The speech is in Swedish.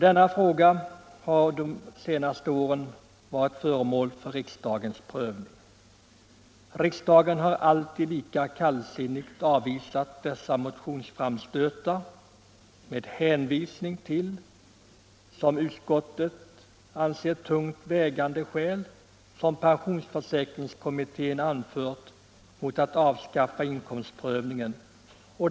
Denna fråga har varit föremål för riksdagens prövning de senaste åren. Riksdagen har alltid lika kallsinnigt avvisat dessa motionsframstötar med hänvisning till de enligt utskottets mening vägande skäl som pensionsförsäkringskommittén anfört mot ett avskaffande av inkomstprövningen.